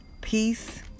peace